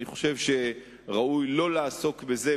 אני חושב שראוי לא לעסוק בזה,